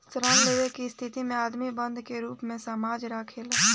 ऋण लेवे के स्थिति में आदमी बंधक के रूप में सामान राखेला